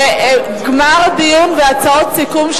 זה גמר דיון והצעות סיכום,